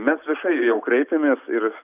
mes viešai jau kreipėmės ir